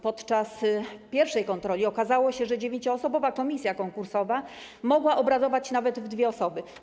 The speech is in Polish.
Podczas pierwszej kontroli okazało się, że dziewięcioosobowa komisja konkursowa mogła obradować nawet w dwie osoby.